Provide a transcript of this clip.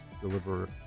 deliver